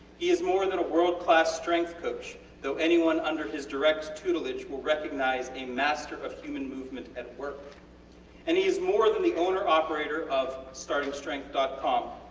he is more than a world class strength coach though anyone under his direct tutelage will recognise a master of human movement at work and he is more than the owner operator of startingstrength com,